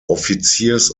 offiziers